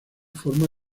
forma